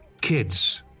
kids